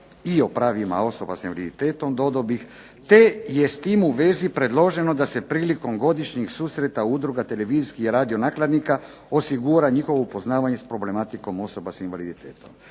i o pravima osoba s invaliditetom dodao bih, te je s tim u vezi preloženo da se prilikom godišnjih susreta udruga televizijskih i radio nakladnika osigura njihovo upoznavanje s problematikom osoba s invaliditetom.